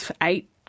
eight